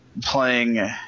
playing